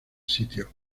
sitio